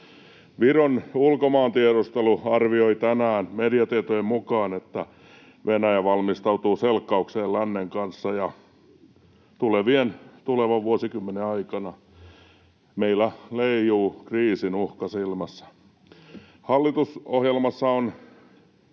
Viron ulkomaantiedustelu arvioi tänään mediatietojen mukaan, että Venäjä valmistautuu selkkaukseen lännen kanssa ja tulevan vuosikymmenen aikana meillä leijuu kriisin uhka ilmassa. Hallitusohjelmassa on